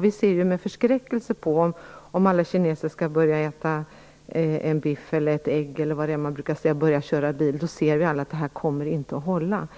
Vi ser med förskräckelse bilden framför oss att alla kineser börjar äta en biff eller ett ägg eller börjar köra bil. Vi inser alla att då kommer det inte att hålla.